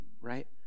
right